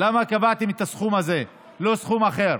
למה קבעתם את הסכום הזה ולא סכום אחר?